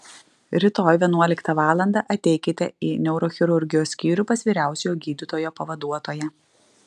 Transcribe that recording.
rytoj vienuoliktą valandą ateikite į neurochirurgijos skyrių pas vyriausiojo gydytojo pavaduotoją